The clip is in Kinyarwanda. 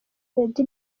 lady